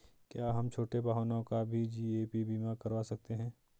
क्या हम छोटे वाहनों का भी जी.ए.पी बीमा करवा सकते हैं?